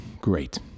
Great